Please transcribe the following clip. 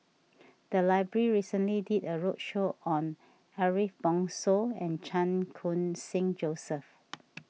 the library recently did a roadshow on Ariff Bongso and Chan Khun Sing Joseph